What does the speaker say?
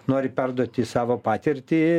nori perduoti savo patirtį